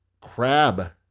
crab